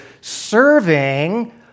serving